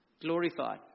glorified